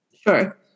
Sure